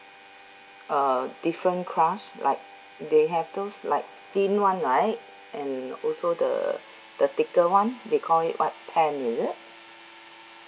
uh different crust like they have those like thin one right and also the the thicker one they call it what pan is it